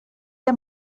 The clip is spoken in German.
der